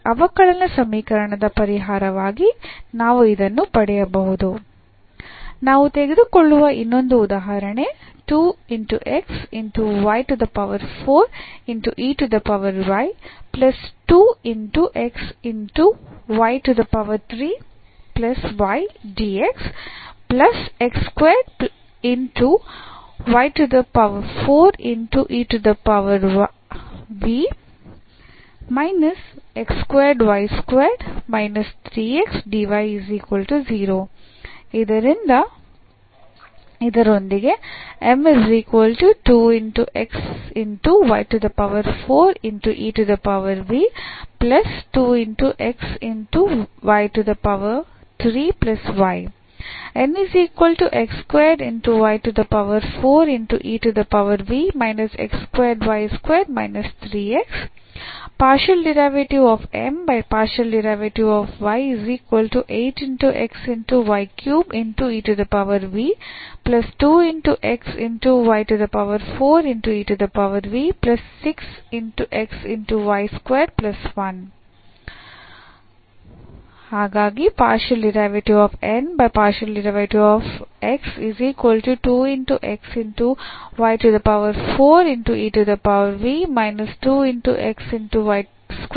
ಈ ಅವಕಲನ ಸಮೀಕರಣದ ಪರಿಹಾರವಾಗಿ ನಾವು ಇದನ್ನು ಪಡೆಯಬಹುದು